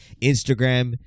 Instagram